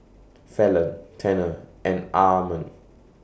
Falon Tanner and Armond